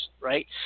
right